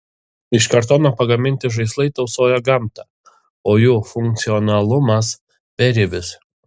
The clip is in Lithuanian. iš kartono pagaminti žaislai tausoja gamtą o jų funkcionalumas beribis